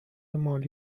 مالی